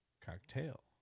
Cocktail